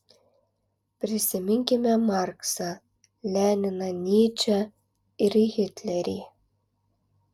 prisiminkime marksą leniną nyčę ir hitlerį